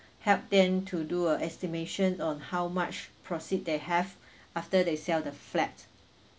help them to do a estimation on how much proceed they have after they sell the flat